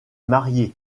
marié